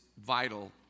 vital